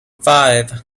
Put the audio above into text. five